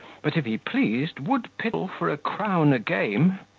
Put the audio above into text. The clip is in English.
but, if he pleased, would piddle for a crown a game.